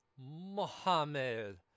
Mohammed